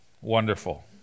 Wonderful